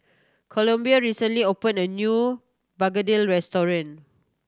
Columbia recently opened a new Begedil restaurant